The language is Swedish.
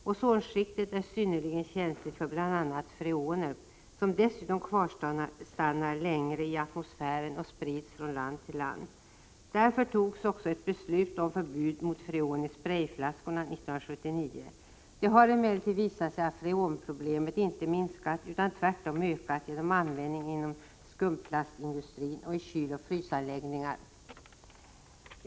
Ozonskiktet är synnerligen känsligt för bl.a. freoner, som dessutom kvarstannar längre i atmosfären och sprids från land till land. Därför togs ett beslut om förbud mot freon i sprayflaskor 1979. Det har emellertid visat sig att freonproblemet inte minskat utan tvärtom ökat genom användning inom skumplastindustrin och i kyloch frysanläggningar.